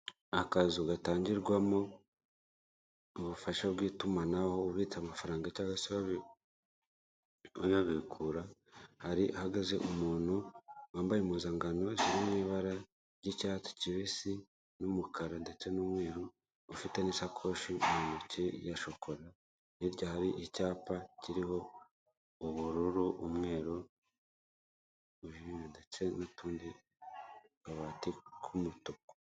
Akazu gatangirwamo ubufasha bw'itumanaho ubitsa amafaranga cyangwa se uyabikura, hari hahagaze umuntu wambaye impuzangano ziri mu ibara ry'icyatsi kibisi, n'umukara ndetse n'umweru, ufite n'iisakoshi mu ntoki ya shokora, hirya hari icyapa kiriho ubururu, umweru ibindi ndetse n'utundi akabati k'umutuku.